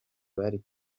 bari